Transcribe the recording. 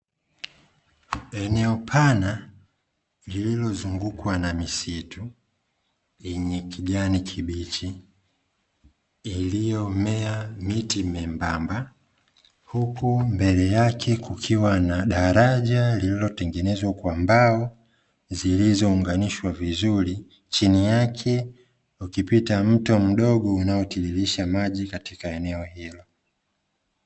Eneo pana lililozungukwa na misitu yenye kijani kibichi, iliyomea miti membamba, huku mbele yake kukiwa na daraja lililotengenezwa kwa mbao zilizounganishwa vizuri, chini yake ikipita mto mdogo unaotiririsha maji katika eneo hilo.